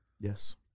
Yes